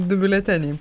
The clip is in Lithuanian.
du biuleteniai